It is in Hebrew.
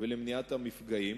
ולמניעת המפגעים.